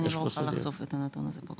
אני לא אוכל לחשוף את הנתון הזה פה,